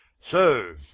So